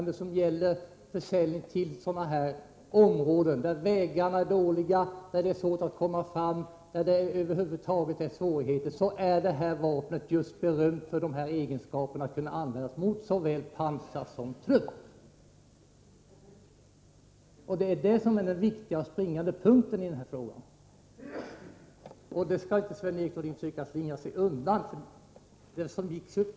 Det är just i områden där vägarna är dåliga, där det är svårt att komma fram och där det över huvud taget är svårigheter som det här vapnet skall kunna användas. Det är berömt för att kunna användas där mot såväl pansar som trupp. Det är detta som är den viktiga och springande punkten. Sven-Erik Nordin skall inte försöka slingra sig undan detta faktum.